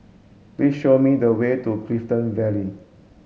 please show me the way to Clifton Vale